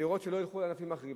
לראות שלא ילכו לענפים אחרים.